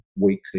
weekly